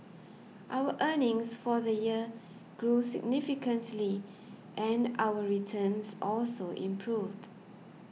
our earnings for the year grew significantly and our returns also improved